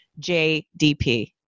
JDP